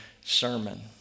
sermon